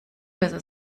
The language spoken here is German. besser